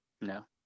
No